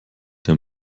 der